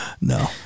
No